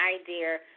idea